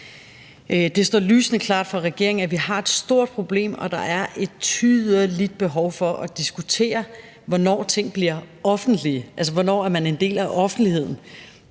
Det står lysende klart for regeringen, at vi har et stort problem, og at der er et tydeligt behov for at diskutere, hvornår ting bliver offentlige. Altså, hvornår er man en del af offentligheden,